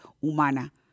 humana